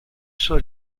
suo